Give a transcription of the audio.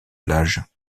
plages